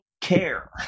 care